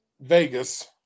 Vegas